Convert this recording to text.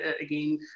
again